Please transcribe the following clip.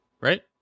right